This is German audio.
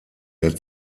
der